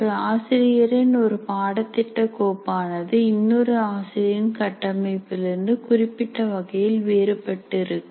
ஒரு ஆசிரியரின் ஒரு பாடத்திட்ட கோப்பானது இன்னொரு ஆசிரியரின் கட்டமைப்பில் இருந்து குறிப்பிட்ட வகையில் வேறுபட்டு இருக்கும்